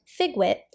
Figwit